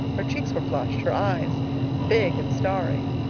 her cheeks were flushed, her eyes big and starry.